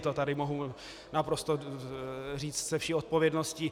To tady mohu naprosto říci se vší odpovědností.